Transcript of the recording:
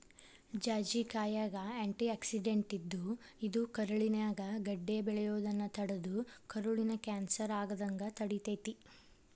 ಜಾಜಿಕಾಯಾಗ antioxidant ಇದ್ದು, ಇದು ಕರುಳಿನ್ಯಾಗ ಗಡ್ಡೆ ಬೆಳಿಯೋದನ್ನ ತಡದು ಕರುಳಿನ ಕ್ಯಾನ್ಸರ್ ಆಗದಂಗ ತಡಿತೇತಿ